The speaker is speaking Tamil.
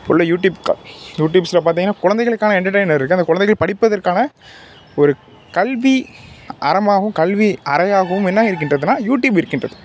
ஃபுல்லாக யூடிப்கா யூடிப்ஸில் பார்த்திங்கன்னா குழந்தைங்களுக்கான என்டர்டைனர் இருக்குது அந்தக் குழந்தைகள் படிப்பதற்கான ஒரு கல்வி அறமாகவும் கல்வி அறையாகவும் என்ன இருக்கின்றதுனால் யூடிப் இருக்கின்றது